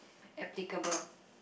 applicable